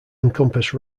encompassed